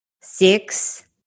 Six